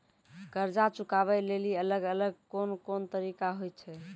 कर्जा चुकाबै लेली अलग अलग कोन कोन तरिका होय छै?